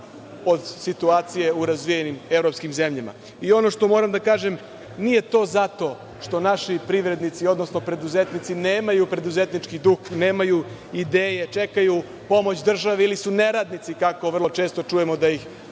od situacije u razvijenim evropskim zemljama.I ono što moram da kažem, nije to zato što naši privrednici, odnosno preduzetnici nemaju preduzetnički duh, nemaju ideje, čekaju pomoć države ili su neradnici, kako vrlo često čujemo da ih